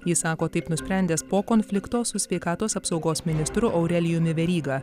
jis sako taip nusprendęs po konflikto su sveikatos apsaugos ministru aurelijumi veryga